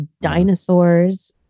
dinosaurs